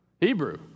Hebrew